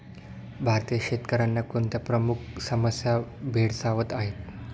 भारतीय शेतकऱ्यांना कोणत्या प्रमुख समस्या भेडसावत आहेत?